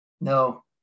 no